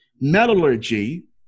Metallurgy